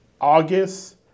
August